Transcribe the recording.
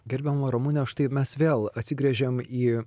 gerbiama ramune štai mes vėl atsigręžiam į